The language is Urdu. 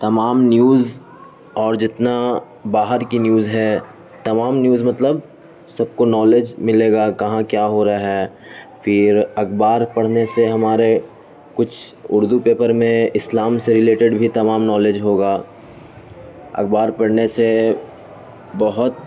تمام نیوز اور جتنا باہر کی نیوز ہے تمام نیوز مطلب سب کو نالج ملے گا کہاں کیا ہو رہا ہے پھر اخبار پڑھنے سے ہمارے کچھ اردو پیپر میں اسلام سے ریلیٹیڈ بھی تمام نالج ہوگا اخبار پڑھنے سے بہت